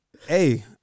Hey